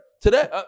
today